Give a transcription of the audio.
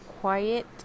quiet